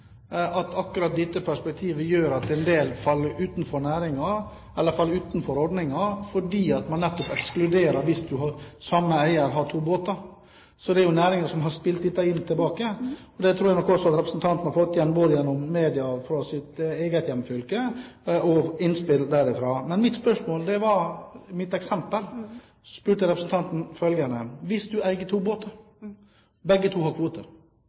om akkurat dette perspektivet, som gjør at en del faller utenfor ordningen, fordi man nettopp ekskluderer eiere som har to båter. Det er næringen som har spilt inn dette. Jeg tror også representanten har fått innspill her, både fra media og sitt eget hjemfylke. I mitt eksempel spurte jeg representanten om følgende: Du eier to båter, og begge har